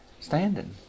standing